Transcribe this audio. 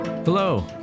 Hello